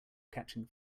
catching